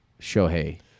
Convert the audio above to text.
Shohei